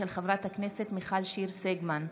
של חברת הכנסת מיכל שיר סגמן.